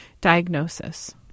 diagnosis